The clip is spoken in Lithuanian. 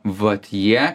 vat jie